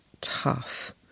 tough